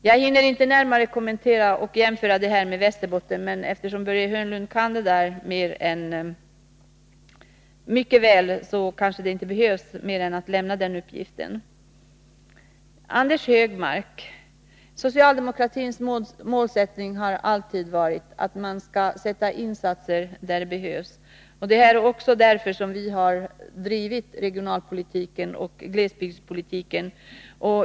Jag hinner inte närmare jämföra det med siffrorna för Västerbotten, men eftersom Börje Hörnlund kan det här rätt väl kanske jag inte behöver göra mer än lämna den uppgiften. Socialdemokratins målsättning, Anders Högmark, har alltid varit att göra insatser där de behövs. Därför har vi också drivit regionalpolitiken och glesbygdspolitiken.